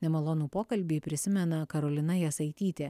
nemalonų pokalbį prisimena karolina jasaitytė